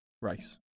race